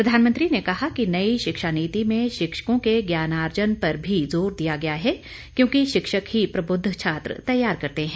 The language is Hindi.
प्रधानमंत्री ने कहा कि नई शिक्षा नीति में शिक्षकों के ज्ञानार्जन पर भी जोर दिया गया है क्योंकि शिक्षक ही प्रबुद्ध छात्र तैयार करते हैं